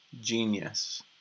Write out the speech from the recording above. genius